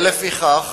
לפיכך,